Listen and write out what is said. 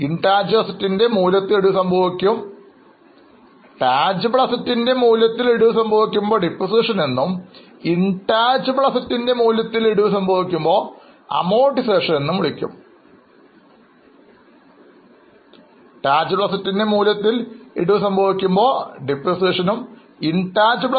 Intangible asset മൂല്യത്തിൽ ഇടിവ് സംഭവിക്കും അത് ഡിപ്രീസിയേഷൻ പോലെയാണ് കണക്കാക്കുന്നത് ഒരേയൊരു വ്യത്യാസം ഇത് Intangible asset ആണ്